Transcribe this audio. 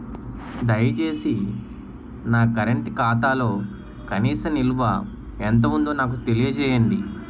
దయచేసి నా కరెంట్ ఖాతాలో కనీస నిల్వ ఎంత ఉందో నాకు తెలియజేయండి